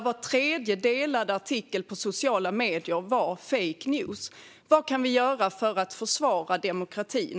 Var tredje delad artikel på sociala medier var fake news. Vad kan vi göra för att försvara demokratin?